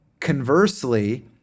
Conversely